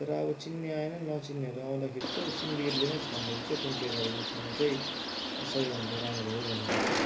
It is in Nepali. तर अब चिन्ने आएन नचिन्नेहरू आउँदाखेरि चाहिँ अब सिन्डिकेटले नै छानिदिन्छ हो कुन गाडीमा छान्नु चाहिँ सबभन्दा राम्रो हो भनेर चाहिँ